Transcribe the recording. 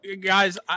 Guys